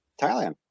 Thailand